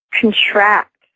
contract